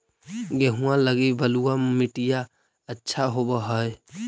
गेहुआ लगी बलुआ मिट्टियां अच्छा होव हैं?